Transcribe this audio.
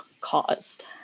caused